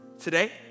Today